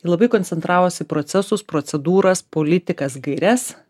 labai koncentravos į procesus procedūras politikas gaires